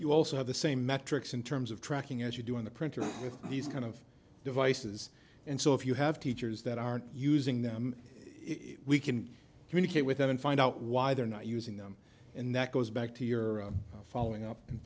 you also have the same metrics in terms of tracking as you do in the printers with these kind of devices and so if you have teachers that aren't using them if we can communicate with them and find out why they're not using them and that goes back to your following up and